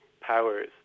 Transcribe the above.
powers